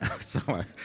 Sorry